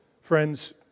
friends